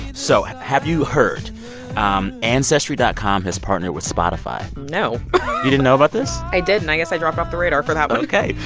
so have you heard um ancestry dot com has partnered with spotify? no you didn't know about this? i didn't. i guess i dropped off the radar for that one ok.